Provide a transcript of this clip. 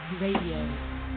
Radio